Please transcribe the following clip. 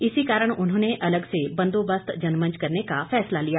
इसी कारण उन्होंने अलग से बंदोबस्त जनमंच करने का फैसला लिया